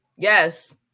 Yes